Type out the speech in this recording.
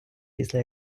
після